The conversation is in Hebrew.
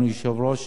אדוני היושב-ראש,